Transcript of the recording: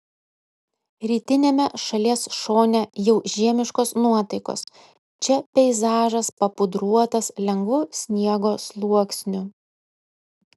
rytiniame šalies šone jau žiemiškos nuotaikos čia peizažas papudruotas lengvu sniego sluoksniu